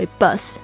bus